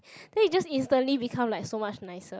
then it just instantly become like so much nicer